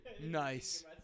Nice